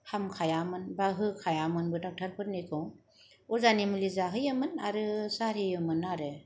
हामखायामोन बा होखायामोनबो डक्टर फोरनिखौ अजानि मुलि जाहोयोमोन आरो जारियोमोन आरो